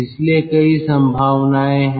इसलिए कई संभावनाएं हैं